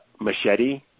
machete